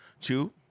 Two